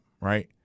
Right